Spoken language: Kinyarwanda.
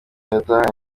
yatahanye